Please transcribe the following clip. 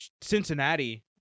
Cincinnati